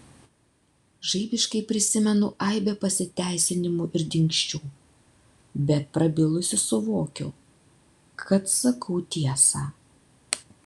žaibiškai prisimenu aibę pasiteisinimų ir dingsčių bet prabilusi suvokiu kad sakau tiesą